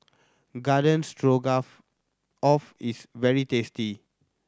Garden Stroganoff Off is very tasty